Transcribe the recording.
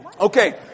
Okay